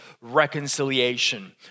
reconciliation